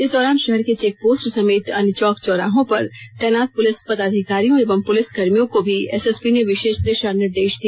इस दौरान शहर के चेक पोस्ट समेत अन्य चौक चौराहों पर तैनात पुलिस पदाधिकारियों एवं पुलिस कर्मियों को भी एसएसपी ने विशेष दिशा निर्देश दिया